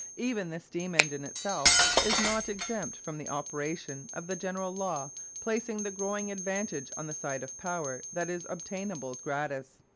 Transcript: even the steam-engine itself is not exempt from the operation of the general law placing the growing advantage on the side of power that is obtainable gratis.